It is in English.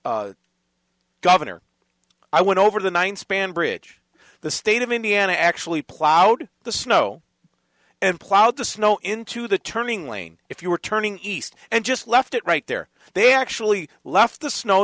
governor i went over the one span bridge the state of indiana actually plowed the snow and plowed the snow into the turning lane if you were turning east and just left it right there they actually left the snow